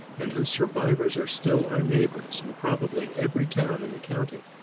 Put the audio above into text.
and whose survivors are still our neighbors in probably every town in the county.